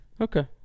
Okay